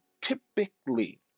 typically